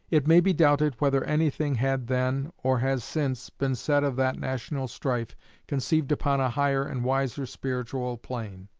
it may be doubted whether anything had then, or has since, been said of that national strife conceived upon a higher and wiser spiritual plane.